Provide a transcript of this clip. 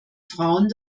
frauen